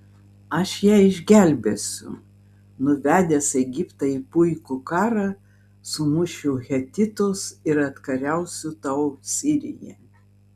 aš ją išgelbėsiu nuvedęs egiptą į puikų karą sumušiu hetitus ir atkariausiu tau siriją